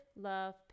love